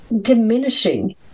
diminishing